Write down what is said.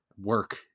work